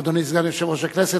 אדוני סגן-יושב ראש הכנסת,